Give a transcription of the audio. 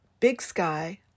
bigsky